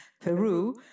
Peru